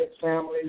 families